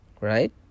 Right